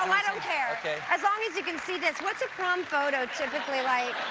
i don't care as long as you can see, this what is a prom photo typically like. oh,